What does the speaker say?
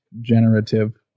generative